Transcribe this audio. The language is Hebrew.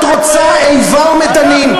את רוצה איבה ומדנים,